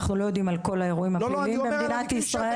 אנחנו לא יודעים על כל האירועים הפליליים במדינת ישראל,